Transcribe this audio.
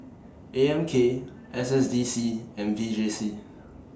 A M K S S D C and V J C